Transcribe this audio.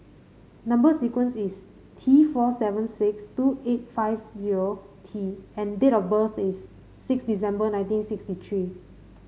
number sequence is T four seven six two eight five zero T and date of birth is six December nineteen sixty three